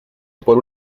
por